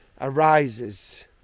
arises